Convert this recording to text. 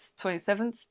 27th